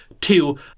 Two